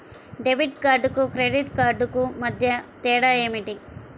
Debit కార్డుకు credit credit కార్డుకు మధ్య తేడా ఏమిటీ?